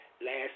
last